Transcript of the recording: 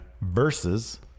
Versus